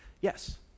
Yes